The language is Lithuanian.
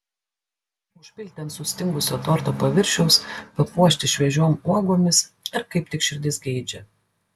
užpilti ant sustingusio torto paviršiaus papuošti šviežiom uogomis ar kaip tik širdis geidžia